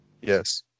Yes